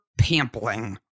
pampling